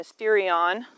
mysterion